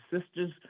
sisters